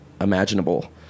imaginable